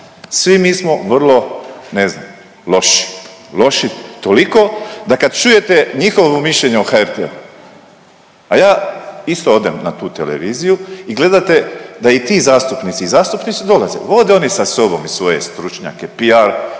svi mi smo vrlo ne znam loši, loši toliko da kad čujete njihovo mišljenje o HRT-u, a ja isto odem na tu televiziju i gledate da i ti zastupnici i zastupnici dolaze. Vode oni sa sobom i svoje stručnjake, PR